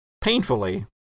painfully